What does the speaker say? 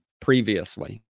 previously